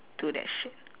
to that shit